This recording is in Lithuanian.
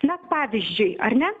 na pavyzdžiui ar ne